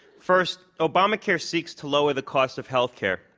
first, obamacare seeks to lower the cost of health care,